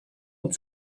und